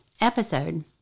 episode